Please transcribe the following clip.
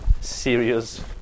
serious